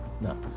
no